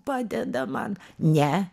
padeda man ne